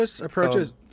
approaches